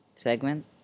Segment